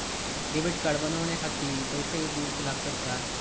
Debit card बनवण्याखाती पैसे दिऊचे लागतात काय?